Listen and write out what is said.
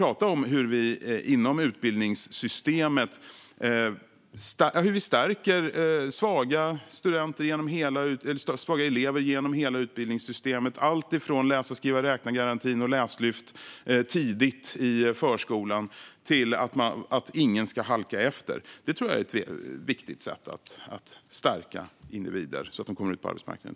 Att stärka svaga elever genom hela utbildningssystemet genom alltifrån läsa-skriva-räkna-garantin och Läslyftet tidigt i förskolan till att ingen ska halka efter tror jag är ett viktigt sätt att stärka individer så att de kommer ut på arbetsmarknaden.